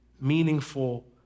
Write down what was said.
meaningful